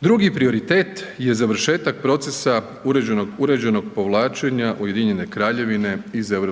Drugi prioritet je završetak procesa uređenog, uređenog povlačenja Ujedinjene Kraljevine iz EU.